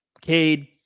Cade